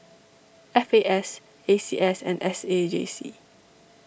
F A S A C S and S A J C